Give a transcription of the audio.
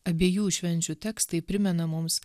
abiejų švenčių tekstai primena mums